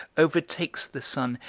overtakes the sun,